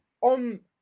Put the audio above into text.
on